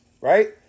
right